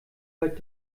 weit